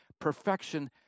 perfection